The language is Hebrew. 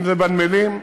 אם בנמלים,